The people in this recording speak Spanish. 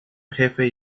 jefe